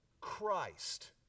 Christ